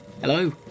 hello